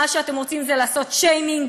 מה שאתם רוצים זה לעשות שיימינג.